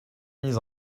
mis